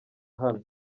hano